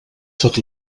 tot